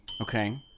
Okay